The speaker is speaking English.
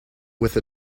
with